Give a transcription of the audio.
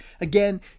again